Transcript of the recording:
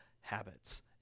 habits